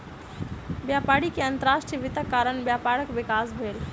व्यापारी के अंतर्राष्ट्रीय वित्तक कारण व्यापारक विकास भेल